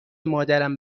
مادرم